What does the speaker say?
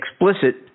explicit